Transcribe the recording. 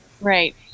Right